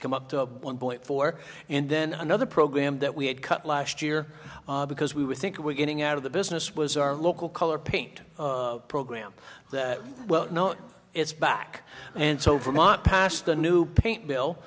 come up to a one point four and then another program that we had cut last year because we were think we're getting out of the business was our local color paint program that well it's back and so vermont passed the new paint bill